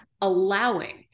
allowing